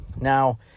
now